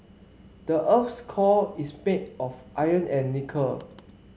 the earth's core is made of iron and nickel